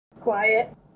Quiet